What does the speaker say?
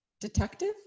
Detective